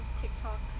TikTok